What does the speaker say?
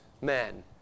men